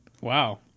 Wow